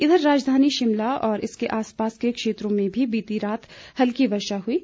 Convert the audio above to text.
इधर राजधानी शिमला और इसके आसपास के क्षेत्रों में भी बीती रात हल्की वर्षा हुई है